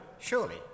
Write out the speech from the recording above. surely